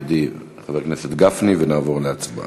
חבר הכנסת גפני, ונעבור להצבעה.